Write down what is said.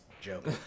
Joke